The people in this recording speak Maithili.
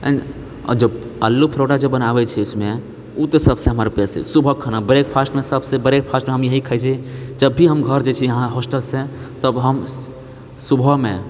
एंड जब आलू परोठा जब बनाबै छै इसमे ओ तऽ सबसँ हमरा प्रिय छै सुबहके खाना ब्रेकफास्टमे सबसँ ब्रेकफास्टमे हम इएह खाए छियै जब भी हम घर जाइत छियै यहाँ होस्टलसँ तब हम सुबहमे